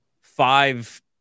five